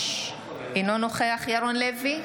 אינו נוכח ירון לוי,